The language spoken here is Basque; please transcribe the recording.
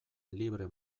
libre